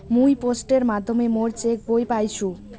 মুই পোস্টের মাধ্যমে মোর চেক বই পাইসু